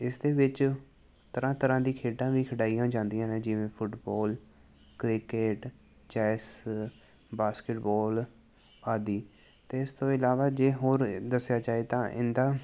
ਇਸ ਦੇ ਵਿੱਚ ਤਰ੍ਹਾਂ ਤਰ੍ਹਾਂ ਦੀ ਖੇਡਾਂ ਵੀ ਖਿਡਾਈਆਂ ਜਾਂਦੀਆਂ ਨੇ ਜਿਵੇਂ ਫੁੱਟਬਾਲ ਕ੍ਰਿਕਟ ਚੇਸ ਬਾਸਕਿਟਬਾਲ ਆਦਿ ਅਤੇ ਇਸ ਤੋਂ ਇਲਾਵਾ ਜੇ ਹੋਰ ਦੱਸਿਆ ਜਾਏ ਤਾਂ ਇਹਦਾ